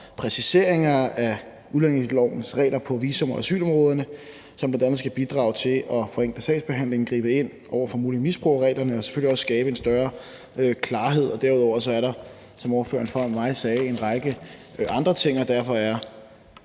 præciseringer af udlændingelovens regler på visum- og asylområderne, som bl.a. skal bidrage til at forenkle sagsbehandlingen, gribe ind over for muligt misbrug af reglerne og selvfølgelig også skabe en større klarhed. Derudover er der, som ordføreren før mig sagde, en række andre ting, og derfor er